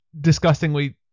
disgustingly